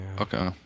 Okay